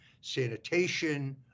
sanitation